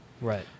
right